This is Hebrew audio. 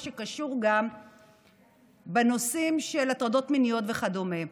שקשור גם בנושאים של הטרדות מיניות וכדומה,